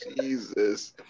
Jesus